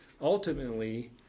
Ultimately